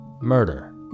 murder